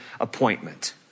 appointment